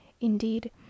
Indeed